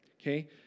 Okay